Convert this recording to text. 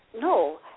No